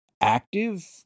active